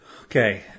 Okay